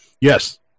Yes